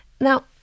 Now